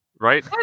right